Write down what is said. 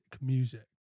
music